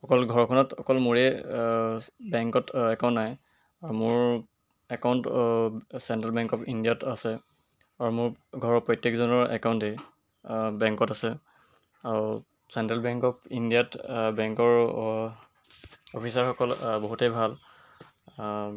অকল ঘৰখনত অকল মোৰে বেংকত একাউণ্ট নাই আৰু মোৰ একাউণ্ট চেণ্ট্ৰেল বেংক অৱ ইণ্ডিয়াত আছে আৰু মোৰ ঘৰৰ প্ৰত্যেকজনৰ একাউণ্টেই বেংকত আছে আৰু চেণ্ট্ৰেল বেংক অৱ ইণ্ডিয়াত বেংকৰ অফিচাৰসকল বহুতেই ভাল